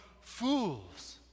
fools